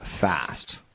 fast